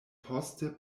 poste